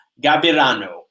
Gabirano